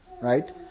Right